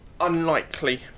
unlikely